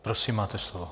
Prosím, máte slovo.